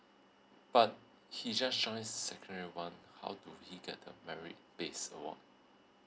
but he just join secondary one how do he get the merit based award